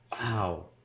Wow